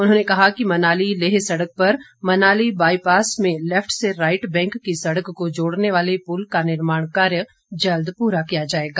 उन्होंने कहा कि मनाली लेह सड़क पर मनाली बाईपास में लेफ्ट से राइट बैंक की सड़क को जोड़ने वाले पुल का निर्माण कार्य जल्द पूरा किया जाएगा